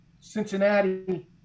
Cincinnati